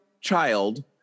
child